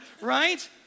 right